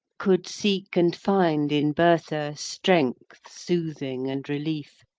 could seek and find in bertha strength, soothing, and relief.